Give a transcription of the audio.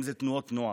אם זה תנועות נוער,